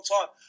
time